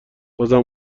عذر